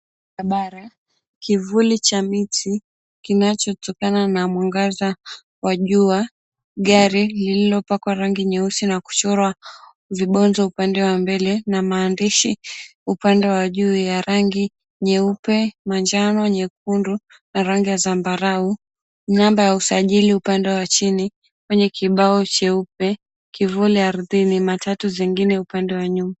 Barabara, kivuli cha miti kinachotokana na mwangaza wa jua, gari lililopakwa rangi nyeusi na kuchorwa vibonjo upande wa mbele na maandishi upande wa juu ya rangi nyeupe, manjano, nyekundu na rangi ya zambarao namba ya usajili upande wa chini kwenye kibao cheupe, kivuli ardhini matatu zingine upande wa nyuma.